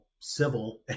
civil